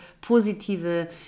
positive